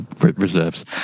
Reserves